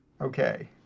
okay